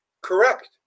Correct